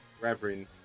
Reverend